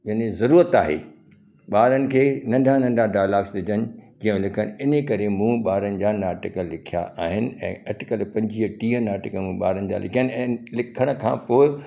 पंहिंजी ज़रूरत आहे ॿारनि खे नंढा नंढा डायलॉग्स ॾिजनि की उहे लिखनि इन करे मूं ॿारनि जा नाटक लिखिया आहिनि ऐं अटकल पंजुवीह टीह नाटक मूं ॿारनि जा लिखिया आहिनि ऐं लिखण खां पोइ